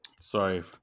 Sorry